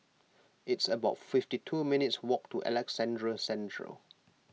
it's about fifty two minutes' walk to Alexandra Central